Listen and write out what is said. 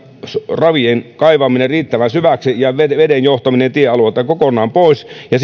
ravien kaivaminen riittävän syväksi ja veden veden johtaminen tiealueelta kokonaan pois ja